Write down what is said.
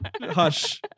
hush